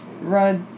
Rud